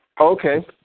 Okay